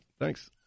Thanks